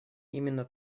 именно